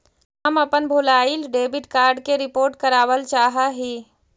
हम अपन भूलायल डेबिट कार्ड के रिपोर्ट करावल चाह ही